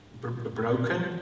broken